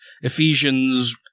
Ephesians